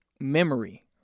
memory